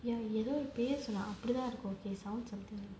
ya எளிதோ ஒரு பெரு சொன்ன:yaelitho oru peru sonna sounds something